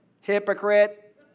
Hypocrite